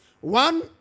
One